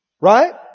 Right